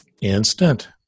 instant